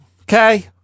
okay